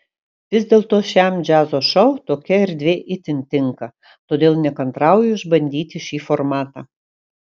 vis dėlto šiam džiazo šou tokia erdvė itin tinka todėl nekantrauju išbandyti šį formatą